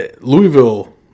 Louisville